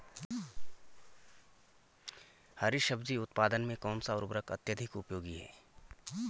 हरी सब्जी उत्पादन में कौन सा उर्वरक अत्यधिक उपयोगी है?